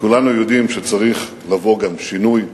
כולנו גם יודעים שצריך לבוא שינוי מודרג,